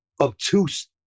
obtuse